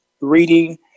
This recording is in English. reading